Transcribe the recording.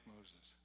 Moses